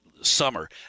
summer